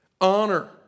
honor